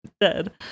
dead